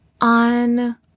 on